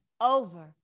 over